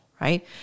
Right